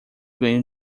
ganho